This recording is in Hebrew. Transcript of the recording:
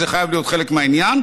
זה חייב להיות חלק מהעניין.